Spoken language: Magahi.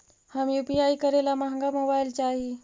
हम यु.पी.आई करे ला महंगा मोबाईल चाही?